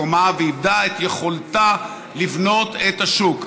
איבדה את מקומה ואיבדה את יכולתה לבנות את השוק.